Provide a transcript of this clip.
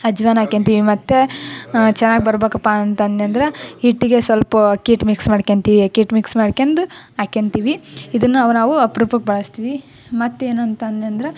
ಅಜವಾನ ಹಾಕ್ಕೋತಿವಿ ಮತ್ತು ಚೆನ್ನಾಗ್ ಬರ್ಬೇಕಪ್ಪಾ ಅಂತ ಹಿಟ್ಗೆ ಸ್ವಲ್ಪ ಅಕ್ಕಿ ಹಿಟ್ಟು ಮಿಕ್ಸ್ ಮಾಡ್ಕೋತೀವಿ ಅಕ್ಕಿ ಹಿಟ್ ಮಿಕ್ಸ್ ಮಾಡ್ಕೊಂದು ಹಾಕ್ಕೋ ತಿವಿ ಇದನ್ನು ನಾವು ಅಪ್ರೂಪಕ್ಕೆ ಬಳಸ್ತೀವಿ ಮತ್ತು ಏನಂತಂದೆನಂದ್ರ